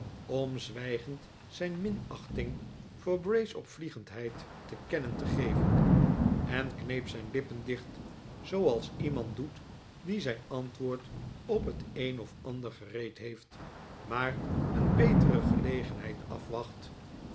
om zwijgend zijn minachting voor bray's opvliegendheid te kennen te geven en kneep zijn lippen dicht zooals iemand doet die zijn antwoord op het een of ander gereed heeft maar een betere gelegenheid afwacht